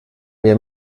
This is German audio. mehr